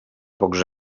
pocs